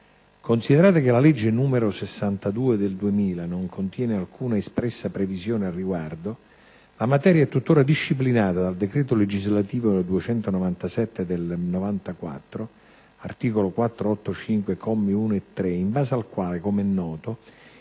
Considerato che la legge n. 62 del 2000 non contiene alcuna espressa previsione al riguardo, la materia è tuttora disciplinata dal decreto legislativo n. 297 del 1994 - articolo 485, commi 1 e 3 - in base al quale, come è noto,